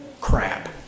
crap